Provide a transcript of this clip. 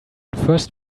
first